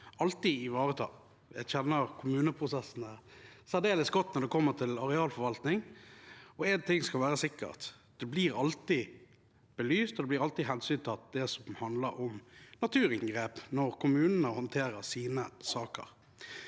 alltid ivaretar. Jeg kjenner kommuneprosessene særdeles godt når det kommer til arealforvaltning, og én ting skal være sikkert: Det blir alltid belyst, og det blir alltid hensyntatt, det som handler om naturinngrep når kommunene håndterer sine saker.